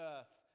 Earth